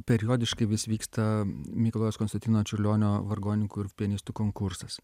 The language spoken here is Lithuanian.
periodiškai vis vykta mikalojaus konstantino čiurlionio vargonininkų ir pianistų konkursas